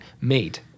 made